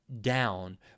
down